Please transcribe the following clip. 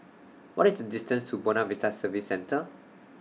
What IS The distance to Buona Vista Service Centre